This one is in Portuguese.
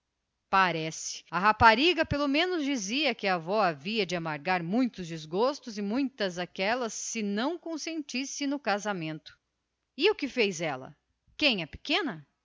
parece a rapariga pelo menos disse que a avó junto com o pai haviam de amargar muito desgosto por mor de não consentirem no casamento e o que fez ela quem a pequena